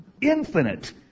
infinite